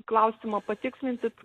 klausimą patikslinsit